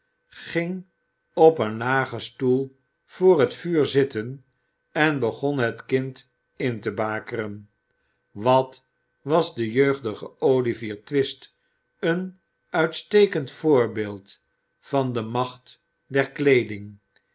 ging op een lagen stoel voor het vuur zitten en begon het kind in te bakeren wat was de jeugdige olivier twist een uitstekend voorbeeld van dé macht der kleeding